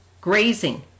grazing